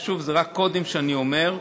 ושוב, זה רק קודים שאני אומר.